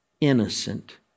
innocent